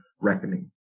reckoning